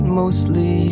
mostly